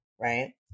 Right